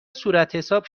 صورتحساب